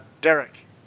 Derek